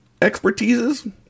expertises